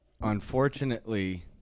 unfortunately